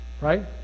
Right